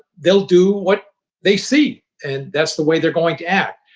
they'll do what they see and that's the way they're going to act.